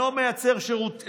אינו מייצר שירות,